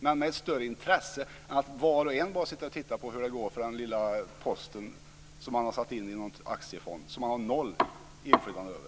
Det är väl av större intresse än att var och en ska följa hur det går för den lilla post som man har satt in i en aktiefond och som man har noll inflytande över.